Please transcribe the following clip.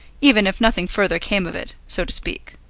even if nothing further came of it, so to speak.